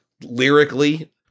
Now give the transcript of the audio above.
Lyrically